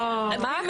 מה קורה פה?